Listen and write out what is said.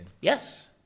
Yes